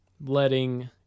letting